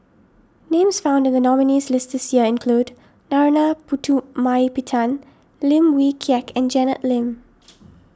names found in the nominees list this year include Narana Putumaippittan Lim Wee Kiak and Janet Lim